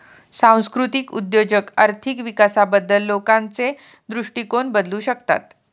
सांस्कृतिक उद्योजक आर्थिक विकासाबद्दल लोकांचे दृष्टिकोन बदलू शकतात